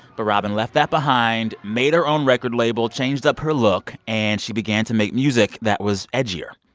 but robyn left that behind, made her own record label, changed up her look. and she began to make music that was edgier.